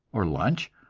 or lunch,